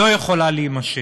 לא יכולה להימשך.